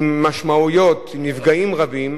עם משמעויות, עם נפגעים רבים,